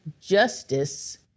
justice